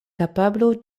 kapablo